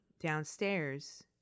downstairs